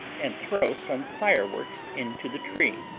and throw some fireworks into the tree,